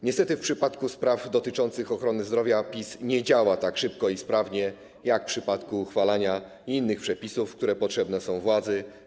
Niestety w przypadku spraw dotyczących ochrony zdrowia PiS nie działa tak szybko i sprawnie jak w przypadku uchwalania innych przepisów, które potrzebne są władzy.